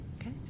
Okay